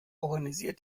organisiert